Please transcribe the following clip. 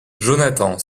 jonathan